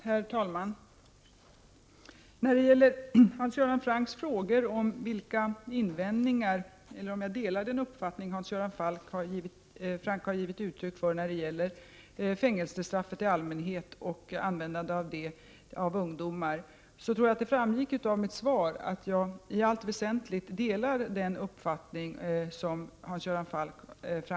Herr talman! Hans Göran Franck frågade om jag delar den uppfattning som han har givit uttryck för i sin interpellation när det gäller fängelsestraffet i allmänhet och användande av det i fråga om ungdomar. Jag tror att det framgick av mitt svar att jag i allt väsentligt delar denna uppfattning.